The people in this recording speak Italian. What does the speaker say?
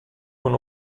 con